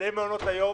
למעונות היום